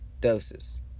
doses